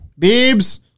Biebs